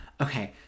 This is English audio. okay